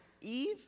Eve